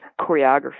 choreography